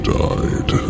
died